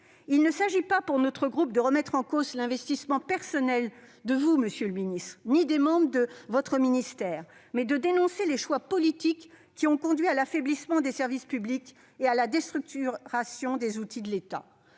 il s'agit non pas de remettre en cause votre investissement personnel, monsieur le ministre, ni celui des membres de votre ministère, mais de dénoncer les choix politiques qui ont conduit à l'affaiblissement des services publics et à la déstructuration des outils de l'État.